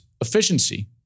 efficiency